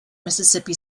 mississippi